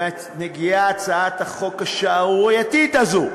מגיעה הצעת החוק השערורייתית הזו,